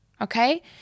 okay